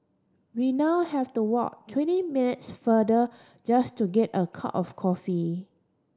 we now have to walk twenty minutes farther just to get a cup of coffee